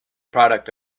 product